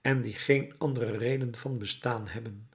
en die geen andere reden van bestaan hebben